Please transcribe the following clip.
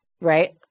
right